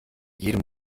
jedem